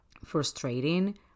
frustrating